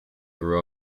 grew